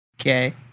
Okay